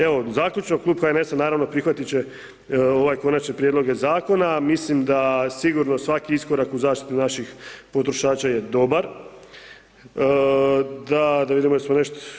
Evo zaključno, klub HNS-a naravno prihvatit će ovaj konačne prijedloge zakona, mislim da sigurno svaki iskorak u zaštiti naših potrošača je dobar, da vidimo jesmo nešto…